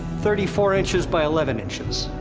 thirty-four inches by eleven inches.